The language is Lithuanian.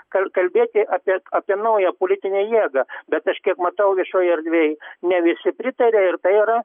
kal kalbėti apie apie naują politinę jėgą bet aš kiek matau viešojoj erdvėj ne visi pritaria ir tai yra